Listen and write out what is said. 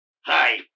Hi